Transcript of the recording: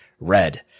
red